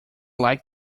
like